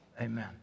Amen